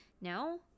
no